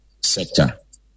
sector